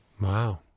Wow